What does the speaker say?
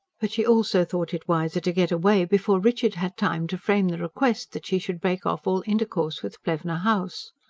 but she also thought it wiser to get away before richard had time to frame the request that she should break off all intercourse with plevna house.